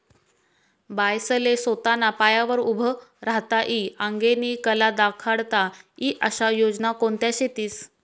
बायास्ले सोताना पायावर उभं राहता ई आंगेनी कला दखाडता ई आशा योजना कोणत्या शेतीस?